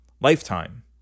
lifetime